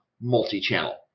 multi-channel